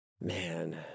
Man